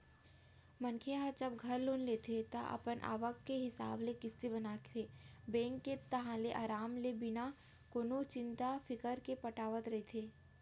मनखे ह जब घर लोन लेथे ता अपन आवक के हिसाब ले किस्ती बनाथे बेंक के ताहले अराम ले बिना कोनो चिंता फिकर के पटावत रहिथे